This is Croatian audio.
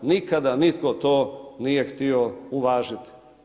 Nikada nitko to nije htio uvažiti.